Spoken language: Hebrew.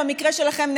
במקרה שלכם,